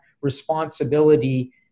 responsibility